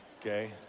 okay